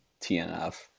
TNF